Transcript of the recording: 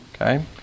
Okay